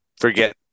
forget